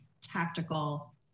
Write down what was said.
tactical